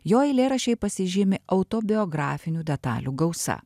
jo eilėraščiai pasižymi autobiografinių detalių gausa